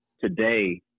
today